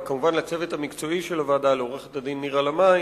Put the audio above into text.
וכמובן לצוות המקצועי של הוועדה ולעורכת-הדין נירה לאמעי